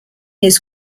his